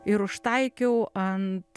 ir užtaikiau ant